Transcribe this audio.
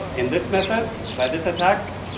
and this method, by this attack,